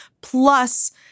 Plus